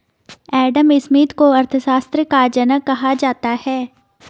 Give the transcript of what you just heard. Adam Smith को अर्थशास्त्र का जनक कहा जाता है